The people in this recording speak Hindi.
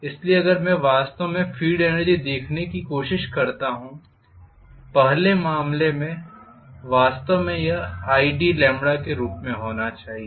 इसलिए अगर मैं वास्तव में फील्ड एनर्जी देखने की कोशिश करता हूं पहले मामले में वास्तव में यह idके रूप में होना चाहिए